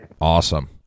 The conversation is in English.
Awesome